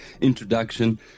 introduction